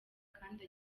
kandi